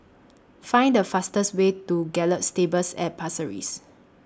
Find The fastest Way to Gallop Stables At Pasir Ris